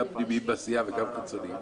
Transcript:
גם פנימיים בסיעה וגם חיצוניים,